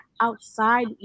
outside